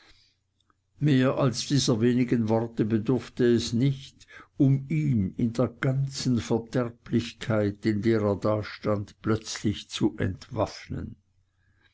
mehr als dieser wenigen worte bedurfte es nicht um ihn in der ganzen verderblichkeit in der er dastand plötzlich zu entwaffnen